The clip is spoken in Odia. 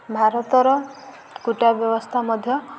ଭାରତର କୁଟା ବ୍ୟବସ୍ଥା ମଧ୍ୟ